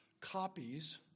copies